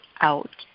out